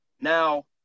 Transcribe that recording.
Now